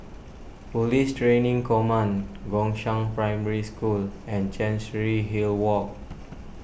Police Training Command Gongshang Primary School and Chancery Hill Walk